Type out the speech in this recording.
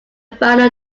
final